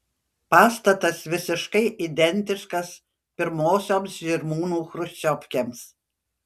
pastatas visiškai identiškas pirmosioms žirmūnų chruščiovkėms